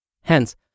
Hence